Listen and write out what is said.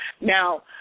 Now